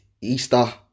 Easter